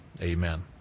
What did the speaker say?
amen